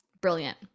Brilliant